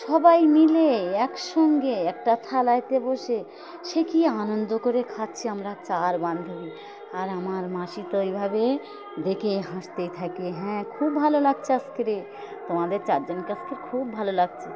সবাই মিলে একসঙ্গে একটা থালাইতে বসে সে কী আনন্দ করে খাচ্ছি আমরা চার বান্ধবী আর আমার মাসি তো ওই ভাবে দেখে হাসতেই থাকে হ্যাঁ খুব ভালো লাগছে আজকে তোমাদের চারজনকে আজকে খুব ভালো লাগছে